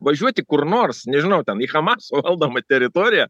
važiuoti kur nors nežinau ten į hamas valdomą teritoriją